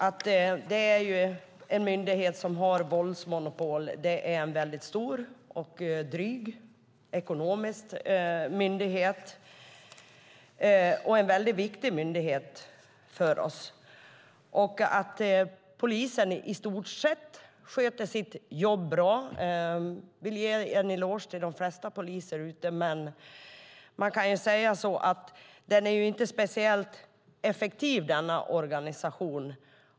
Polisen är en myndighet som har våldsmonopol. Det är en väldigt stor och ekonomiskt dryg myndighet, och den är mycket viktig för oss. I stort sett sköter polisen sitt jobb bra. Jag vill ge en eloge till de flesta poliser där ute, men den här organisationen är inte speciellt effektiv.